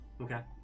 Okay